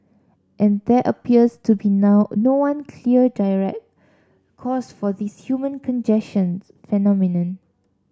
and there appears to be now no one clear direct cause for this human congestions phenomenon